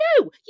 no